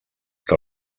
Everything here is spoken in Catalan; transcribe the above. que